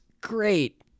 great